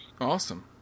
awesome